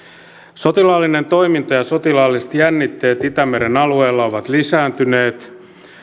sotilaallinen toiminta ja sotilaalliset jännitteet itämeren alueella ovat lisääntyneet